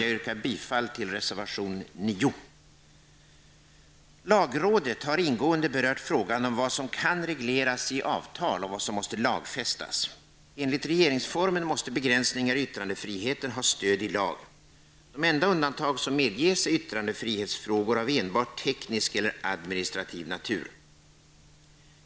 Jag yrkar bifall till reservation nr 9. Lagrådet har ingående berört frågan om vad som kan regleras i avtal och vad som måste lagfästas. Enligt regeringsformen måste begränsningar i yttrandefriheten ha stöd i lag. De enda undantag som medges är yttrandefrihetsfrågor av enbart teknisk eller administrativ natur.